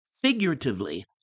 figuratively